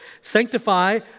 sanctify